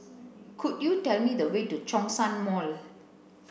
could you tell me the way to Zhongshan Mall